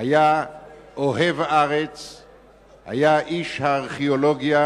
הרווחה והבריאות על מנת להכינה לקריאה